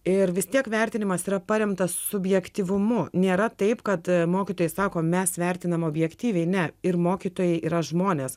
ir vis tiek vertinimas yra paremtas subjektyvumu nėra taip kad mokytojai sako mes vertiname objektyviai ne ir mokytojai yra žmonės